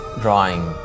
drawing